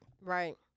Right